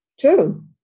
True